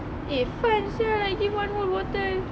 eh fun sia they give one whole bottle